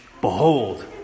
Behold